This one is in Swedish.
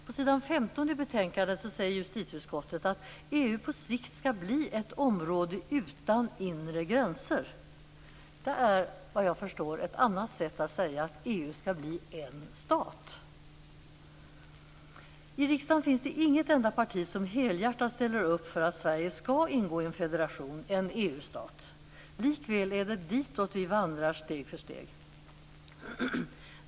På s. 15 i betänkandet säger justitieutskottet att EU på sikt skall bli ett område utan inre gränser. Det är, vad jag förstår, ett annat sätt att säga att EU skall bli en stat. I riksdagen finns det inte ett enda parti som helhjärtat ställer upp för att Sverige skall ingå i en federation, en EU-stat. Likväl är det ditåt vi vandrar steg för steg.